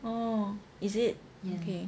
oh is it okay